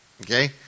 Okay